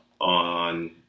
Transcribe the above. on